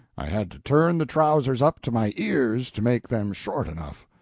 i had to turn the trousers up to my ears to make them short enough.